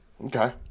Okay